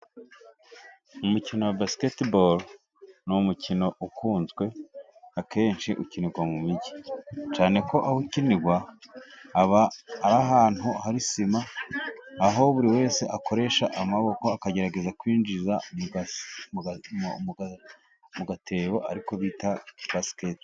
Umukino wa basiketibaro, ni umukino ukunzwe akenshi ukinirwa mu mijyi cyane ko aho ukinirwa aba ari ahantu hari sima aho buri wese akoresha amaboko akagerageza kwinjiza mu gatebo ariko bita basiketiboro.